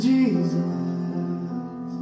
Jesus